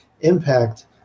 impact